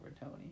Tony